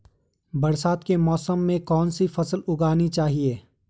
बरसात के मौसम में कौन सी फसल उगानी चाहिए?